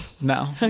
No